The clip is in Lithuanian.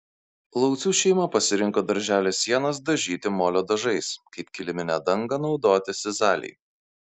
laucių šeima pasirinko darželio sienas dažyti molio dažais kaip kiliminę dangą naudoti sizalį